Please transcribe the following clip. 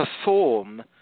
perform